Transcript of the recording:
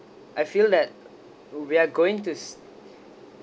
I feel that we are going to